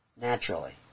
naturally